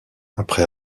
après